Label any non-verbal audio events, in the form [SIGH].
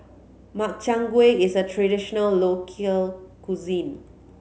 Makchang Gui is a traditional [UNINTELLIGIBLE] cuisine